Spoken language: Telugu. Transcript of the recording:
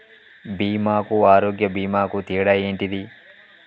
బీమా కు ఆరోగ్య బీమా కు తేడా ఏంటిది?